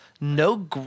no